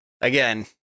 Again